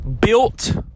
Built